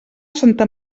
santa